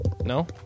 No